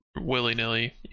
willy-nilly